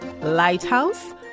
lighthouse